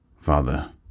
father